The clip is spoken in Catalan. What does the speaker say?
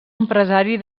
empresari